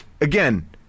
again